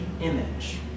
image